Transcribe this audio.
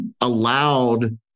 allowed